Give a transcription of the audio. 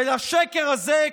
ולשקר הזה,